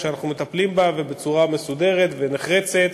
אנחנו מטפלים בה בצורה מסודרת ונחרצת,